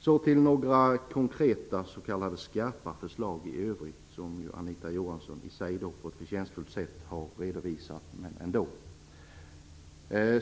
Så till några konkreta s.k. skarpa förslag i övrigt, som Anita Johansson på ett förtjänstfullt sätt har redovisat för.